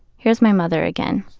here's my mother again.